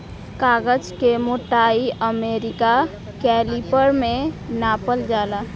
कागज के मोटाई अमेरिका कैलिपर में नापल जाला